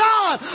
God